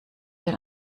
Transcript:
den